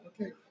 Okay